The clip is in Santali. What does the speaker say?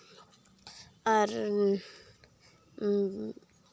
ᱟᱨ